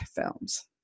films